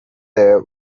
there